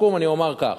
לסיכום אני אומר כך: